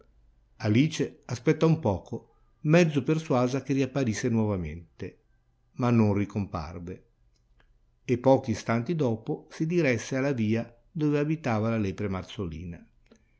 alice aspettò un poco mezzo persuasa che riapparisse nuovamente ma non ricomparve e pochi istanti dopo si diresse alla via dove abitava la lepre marzolina